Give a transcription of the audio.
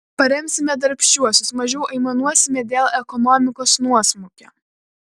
paremsime darbščiuosius mažiau aimanuosime dėl ekonomikos nuosmukio